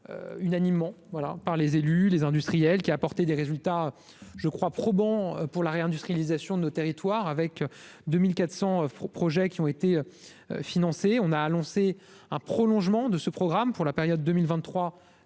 unanimement voilà par les élus, les industriels, qui a apporté des résultats je crois probant pour la réindustrialisation nos territoires avec 2400 projets qui ont été financés, on a annoncé un prolongement de ce programme pour la période 2023 2026